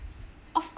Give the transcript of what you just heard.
of course